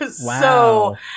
Wow